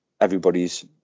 everybody's